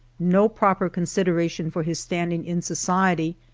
no proper con sideration for his standing in society,